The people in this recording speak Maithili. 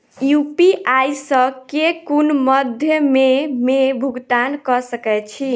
यु.पी.आई सऽ केँ कुन मध्यमे मे भुगतान कऽ सकय छी?